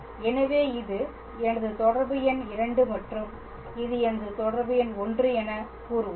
எனவே இது எனது தொடர்பு எண் 2 மற்றும் இது எனது தொடர்பு எண் 1 என்று கூறுவோம்